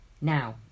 Now